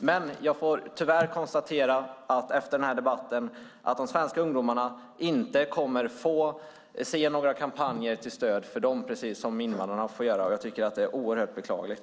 Men jag får tyvärr konstatera att de svenska ungdomarna efter den här debatten inte kommer att få se några kampanjer till stöd för dem, som invandrarna får. Jag tycker att det är oerhört beklagligt.